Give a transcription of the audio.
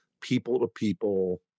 people-to-people